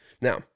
Now